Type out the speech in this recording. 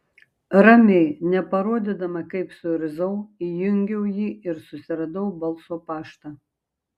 ramiai neparodydama kaip suirzau įjungiau jį ir susiradau balso paštą